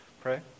pray